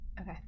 Okay